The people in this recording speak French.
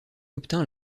obtint